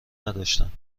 نداشتند